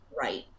right